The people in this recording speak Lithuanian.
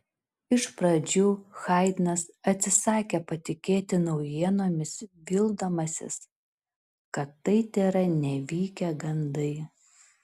iš pradžių haidnas atsisakė patikėti naujienomis vildamasis kad tai tėra nevykę gandai